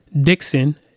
Dixon